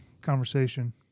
conversation